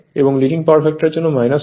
এবং leading power factor এর জন্য হয়